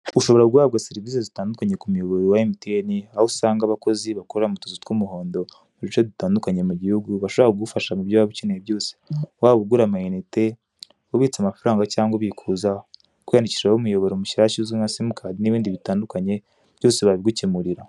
Ushobora guhabwa serivise zitandukanye ku muyoboro wa emutiyeni aho usanga abakozi bakorera mu tuzu tw'umuhondo mu duce dutandukanye mu gihugu bashobora kugufasha mu byo waba ukeneye byose waba ugura amayinite, ubitsa amafaranga cyangwa ubikuza, kwiyandikishaho umushyashya uzi nka simukadi nshyashya n'ibindi bitandukanye, byose babigukemurira.